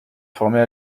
formait